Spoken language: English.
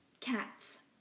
Cats